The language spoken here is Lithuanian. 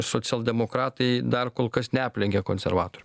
socialdemokratai dar kol kas neaplenkė konservatorių